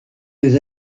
les